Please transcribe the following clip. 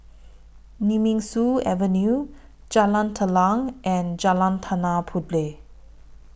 Nemesu Avenue Jalan Telang and Jalan Tanah Puteh